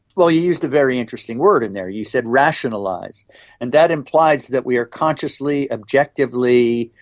well, you used a very interesting word in there, you said rationalise, and that implies that we are consciously, objectively,